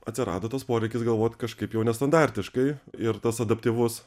atsirado tas poreikis galvot kažkaip jau nestandartiškai ir tas adaptyvus